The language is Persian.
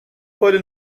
کلی